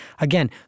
again